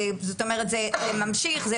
זאת אומרת זה ממשיך,